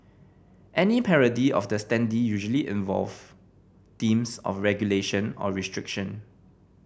any parody of the standee usually involve themes of regulation or restriction